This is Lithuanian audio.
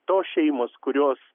tos šeimos kurios